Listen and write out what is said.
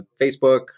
Facebook